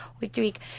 week-to-week